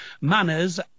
manners